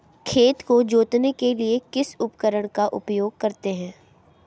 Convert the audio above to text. खेत को जोतने के लिए किस उपकरण का उपयोग करते हैं?